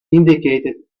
indicated